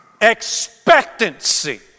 expectancy